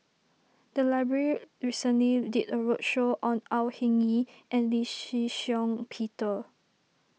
the library recently did a roadshow on Au Hing Yee and Lee Shih Shiong Peter